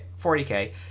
40K